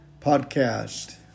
Podcast